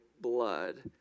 blood